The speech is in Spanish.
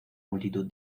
multitud